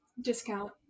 Discount